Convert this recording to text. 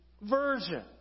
version